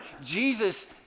Jesus